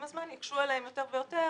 עם הזמן, יקשו עליהם יותר ויותר